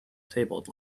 tabled